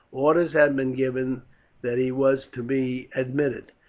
orders had been given that he was to be admitted,